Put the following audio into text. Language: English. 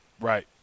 Right